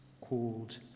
called